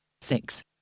six